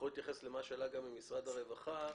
להתייחס למה שעלה גם ממשרד הרווחה,